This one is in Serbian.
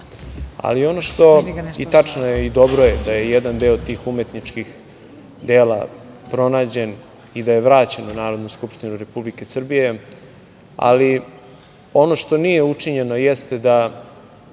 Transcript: domu. Ono što, i tačno je i dobro je da je jedan deo tih umetničkih dela pronađen i da je vraćen u Narodnu skupštinu Republike Srbije, ali ono što nije učinjeno jeste da